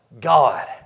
God